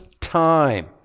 time